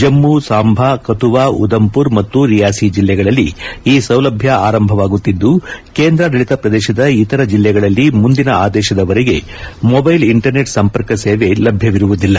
ಜಮ್ನು ಸಾಂಬಾ ಕಥುವಾ ಉಧಂಪುರ್ ಮತ್ತು ರಿಯಾಸಿ ಜಿಲ್ಲೆಗಳಲ್ಲಿ ಈ ಸೌಲಭ್ಡ ಆರಂಭವಾಗುತ್ತಿದ್ದು ಕೇಂದ್ರಾಡಳತ ಪ್ರದೇಶ ಇತರ ಜಿಲ್ಲೆಗಳಲ್ಲಿ ಮುಂದಿನ ಆದೇಶದವರೆಗೆ ಮೊದ್ದೆಲ್ ಇಂಟರ್ನೆಟ್ ಸಂಪರ್ಕ ಸೇವೆ ಲಭ್ಯವಿರುವುದಿಲ್ಲ